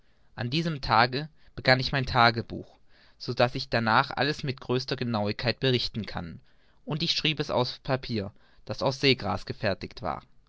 an diesem tage begann ich mein tagebuch so daß ich darnach alles mit größter genauigkeit berichten kann und ich schrieb es auf papier das aus seegras gefertigt war